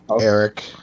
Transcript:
Eric